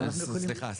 כן.